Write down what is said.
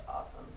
awesome